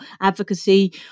advocacy